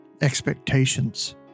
expectations